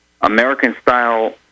American-style